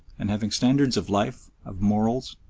and having standards of life, of morals,